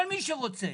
אבל מי שרוצה